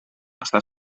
està